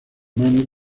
manos